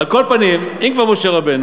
על כל פנים, אם כבר משה רבנו,